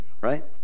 Right